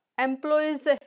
employees